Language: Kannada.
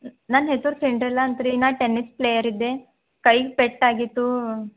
ನನ್ನ ಹೆಸರು ಸಿಂಡ್ರಲ್ಲ ಅಂತ ರೀ ನಾ ಟೆನ್ನಿಸ್ ಪ್ಲೇಯರ್ ಇದ್ದೆ ಕೈ ಪೆಟ್ಟಾಗಿತ್ತು